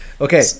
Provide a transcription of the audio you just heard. Okay